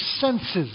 senses